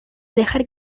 dejar